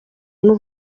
n’u